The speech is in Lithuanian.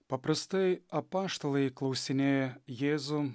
paprastai apaštalai klausinėja jėzų